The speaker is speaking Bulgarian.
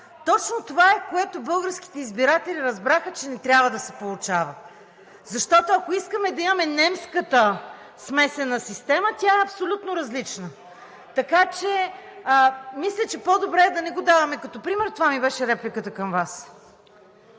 Точно това е, което българските избиратели разбраха, че не трябва да се получава, защото, ако искаме да имаме немската смесена система, тя е абсолютно различна. Така че, мисля, че по-добре е да не го даваме като пример. Това ми беше репликата към Вас.